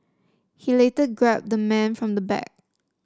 he later grabbed the man from the back